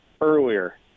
earlier